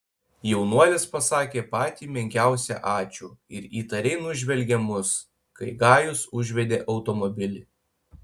jaunuolis pasakė patį menkiausią ačiū ir įtariai nužvelgė mus kai gajus užvedė automobilį